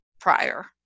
prior